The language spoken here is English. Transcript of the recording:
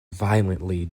violently